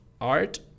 art